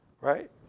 right